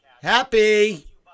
Happy